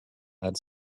had